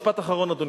משפט אחרון, אדוני.